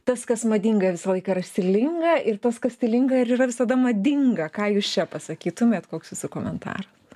tas kas madinga visą laiką yra stilinga ir tas kas stilinga ir yra visada madinga ką jūs čia pasakytumėt koks jūsų komentaras